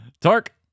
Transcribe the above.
Tark